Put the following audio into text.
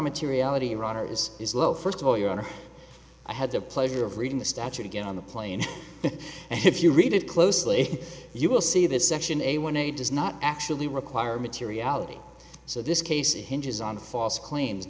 materiality runner is is low first of all your honor i had the pleasure of reading the statute again on the plane and if you read it closely you will see that section a one a does not actually require materiality so this case hinges on false claims